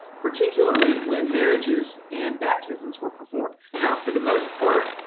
particularly when marriages and baptisms were performed. now for the most part,